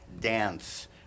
dance